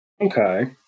Okay